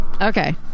Okay